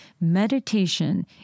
Meditation